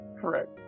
Correct